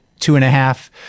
two-and-a-half